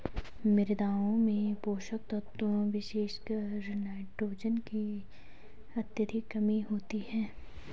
मृदाओं में पोषक तत्वों विशेषकर नाइट्रोजन की अत्यधिक कमी होती है